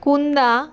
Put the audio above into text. कुंदा